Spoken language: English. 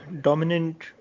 dominant